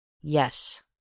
Yes